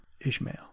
Ishmael